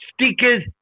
stickers